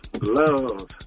love